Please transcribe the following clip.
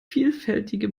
vielfältige